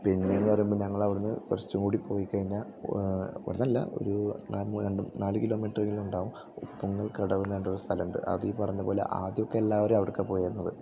പിന്നേന്ന് പറയുമ്പോൾ ഞങ്ങളവിടുന്ന് കുറച്ചും കൂടി പോയ് കഴിഞ്ഞാൽ ഒന്നല്ല ഒരു നാല് മൂന്ന് രണ്ട് നാല് കിലോമീറ്ററെങ്കിലും ഉണ്ടാവും ഉപ്പുങ്കൽ കടവെന്ന് പറഞ്ഞിട്ടൊരു സ്ഥലമുണ്ട് അത് ഈ പറഞ്ഞ പോലെ ആദ്യമൊക്കെ എല്ലാവരും അവിടേക്കാണ് പോയിരുന്നത്